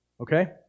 Okay